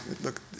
look